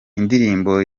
indirimbo